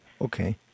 okay